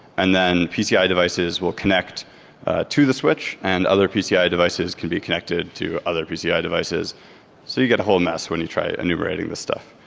and pci devices will connect to the switch and other pci devices can be connected to other pci devices so you get a whole mess when you try underwriting this stuff.